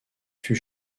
fut